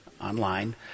online